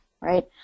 right